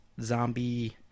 zombie